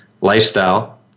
lifestyle